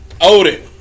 Odin